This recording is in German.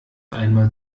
einmal